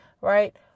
right